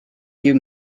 you